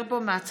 כסיף,